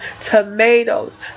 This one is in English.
Tomatoes